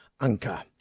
Anchor